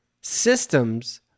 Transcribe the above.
Systems